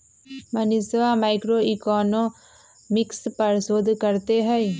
मनीषवा मैक्रोइकॉनॉमिक्स पर शोध करते हई